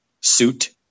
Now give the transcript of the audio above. suit